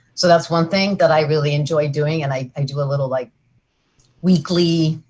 so that's one thing that i really enjoy doing and i i do a little like weekly,